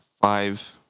five